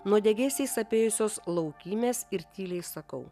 nuo degėsiais apėjusios laukymės ir tyliai sakau